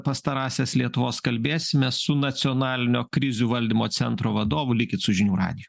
pastarąsias lietuvos kalbėsimės su nacionalinio krizių valdymo centro vadovu likit su žinių radiju